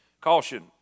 caution